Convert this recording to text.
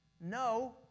No